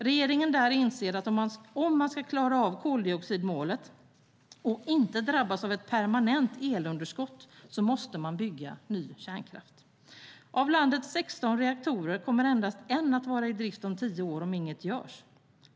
Regeringen där inser att om man ska klara av koldioxidmålet och inte drabbas av ett permanent elunderskott måste man bygga ny kärnkraft. Av landets 16 reaktorer kommer endast en vara i drift om tio år om inget görs.